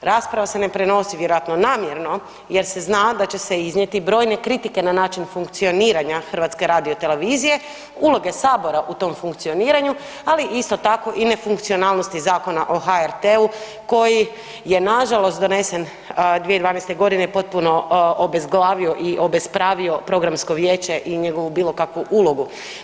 Rasprava se ne prenosi vjerojatno namjerno jer se zna da će se iznijeti brojne kritike na način funkcioniranja HRT-a i uloge sabora u tom funkcioniranju, ali isto tako i nefunkcionalnosti Zakona o HRT-u koji je nažalost donesen 2012.g. potpuno obezglavio i obespravio programsko vijeće i njegovu bilo kakvu ulogu.